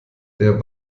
der